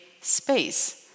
space